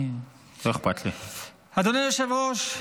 אדוני היושב-ראש,